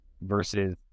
versus